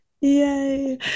Yay